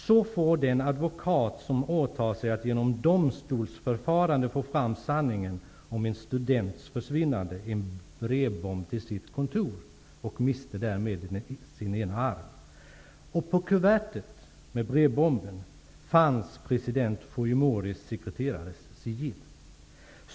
Så får den advokat som åtar sig att genom domstolsförfarande få fram sanningen om en students försvinnande en brevbomb till sitt kontor och mister därmed sin ena arm. På kuvertet med brevbomben fanns president Fujimoris sekreterares sigill.